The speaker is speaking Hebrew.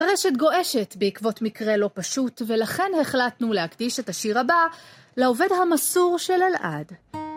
הרשת גועשת בעקבות מקרה לא פשוט ולכן החלטנו להקדיש את השיר הבא לעובד המסור של אלעד.